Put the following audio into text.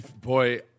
Boy